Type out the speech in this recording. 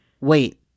wait